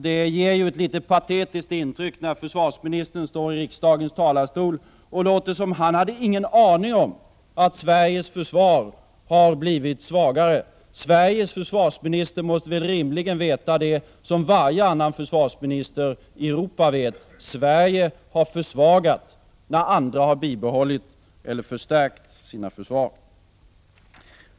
Det ger ju ett litet patetiskt intryck när försvarsministern står i riksdagens talarstol och låter som om han inte hade en aning om att Sveriges försvar har blivit svagare. Sveriges försvarsminister måste väl rimligen veta det som varje annan försvarsminister i Europa vet: Sverige har försvagat sitt försvar när andra har bibehållit eller förstärkt sina försvar!